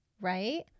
Right